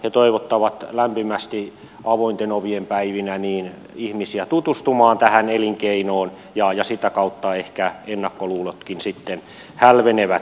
he toivottavat lämpimästi avointen ovien päivinä ihmisiä tutustumaan tähän elinkeinoon ja sitä kautta ehkä ennakkoluulotkin sitten hälvenevät